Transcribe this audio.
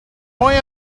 why